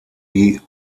die